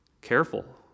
Careful